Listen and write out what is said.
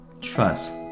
Trust